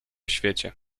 świecie